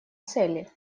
цели